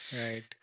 Right